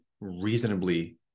reasonably